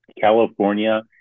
California